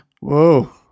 Whoa